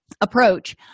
approach